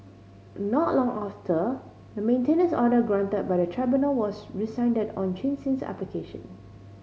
not long after the maintenance order granted by the tribunal was rescinded on Chin Sin's application